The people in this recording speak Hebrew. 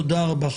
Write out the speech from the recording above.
תודה רבה.